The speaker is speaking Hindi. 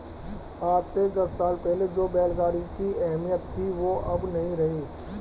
आज से दस साल पहले जो बैल गाड़ी की अहमियत थी वो अब नही रही